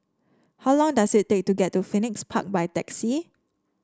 how long does it take to get to Phoenix Park by taxi